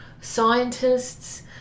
scientists